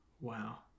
Wow